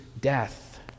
death